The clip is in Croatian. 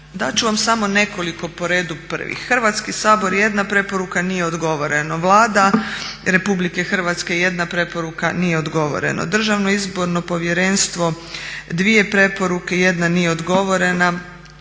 ću vam samo nekoliko po redu. Hrvatski sabor jedna preporuka, nije odgovoreno. Vlada Republike Hrvatske jedna preporuka, nije odgovoreno. Državno izborno povjerenstvo dvije preporuke, jedna nije odgovorena,